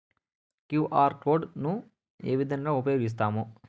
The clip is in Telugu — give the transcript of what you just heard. క్యు.ఆర్ కోడ్ ను ఏ విధంగా ఉపయగిస్తాము?